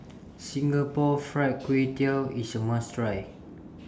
Singapore Fried Kway Tiao IS A must Try